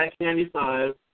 1995